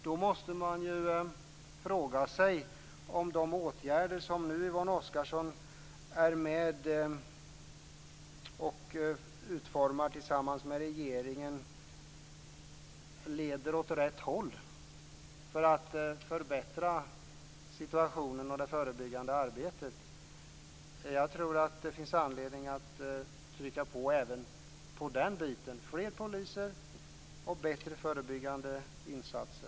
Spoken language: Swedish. Man måste fråga sig om de åtgärder som Yvonne Oscarsson nu är med och utformar tillsammans med regeringen leder åt rätt håll och förbättrar situationen och det förebyggande arbetet. Det finns anledning att trycka på även på den biten: fler poliser och bättre förebyggande insatser.